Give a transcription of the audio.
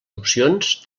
opcions